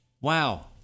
Wow